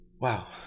Wow